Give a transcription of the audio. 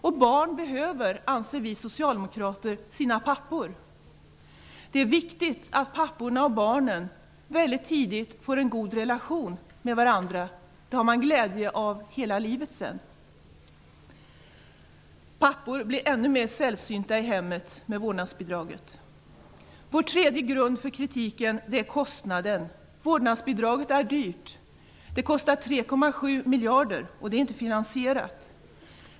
Vi socialdemokrater anser att barn behöver sina pappor. Det är viktigt att papporna och barnen tidigt får en god relation till varandra. Det har de glädje av hela livet. Pappor blir ännu mer sällsynta i hemmet med vårdnadsbidraget. Vår tredje grund för kritiken är kostnaden. Vårdnadsbidraget är dyrt. Det kostar 3,7 miljarder, och det är inte finansierat.